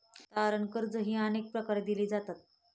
तारण कर्जेही अनेक प्रकारे दिली जातात